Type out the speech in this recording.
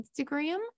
Instagram